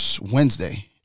Wednesday